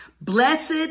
Blessed